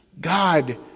God